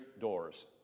doors